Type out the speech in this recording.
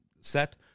set